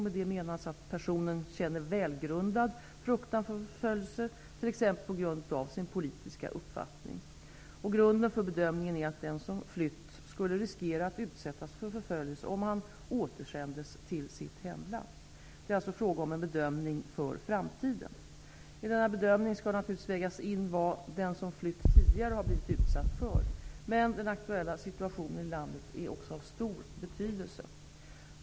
Med det menas att personen känner välgrundad fruktan för förföljelse, t.ex. på grund av sin politiska uppfattning. Grunden för bedömningen är att den som flytt skulle riskera att utsättas för förföljelse om han återsändes till sitt hemland. Det är alltså fråga om en bedömning för framtiden. I denna bedömning skall naturligtvis vägas in vad den som flytt tidigare blivit utsatt för. Men den aktuella situationen i landet är också av stor betydelse.